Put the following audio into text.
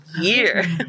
year